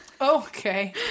okay